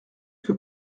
que